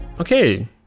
Okay